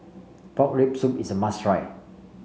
Pork Rib Soup is a must try